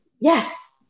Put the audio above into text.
yes